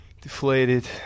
deflated